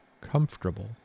comfortable